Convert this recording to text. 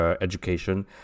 education